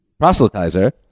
proselytizer